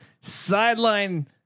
sideline